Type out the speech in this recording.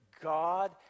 God